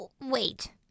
Wait